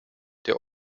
der